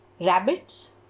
rabbits